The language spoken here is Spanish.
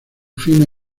fina